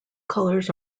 colors